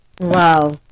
wow